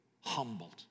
humbled